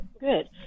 good